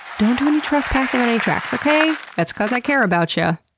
don't do any trespassing on any tracks. okay? that's because i care about yeah